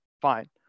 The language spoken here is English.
Fine